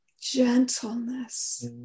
gentleness